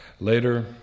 Later